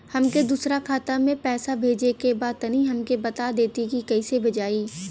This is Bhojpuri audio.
हमके दूसरा खाता में पैसा भेजे के बा तनि हमके बता देती की कइसे भेजाई?